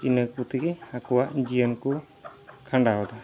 ᱤᱱᱟᱹᱠᱚᱛᱮᱜᱮ ᱟᱠᱚᱣᱟᱜ ᱡᱤᱭᱚᱱᱠᱚ ᱠᱷᱟᱸᱰᱟᱣᱮᱫᱟ